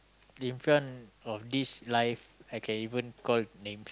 in front of these life I can even call names